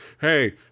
hey